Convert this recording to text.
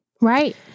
Right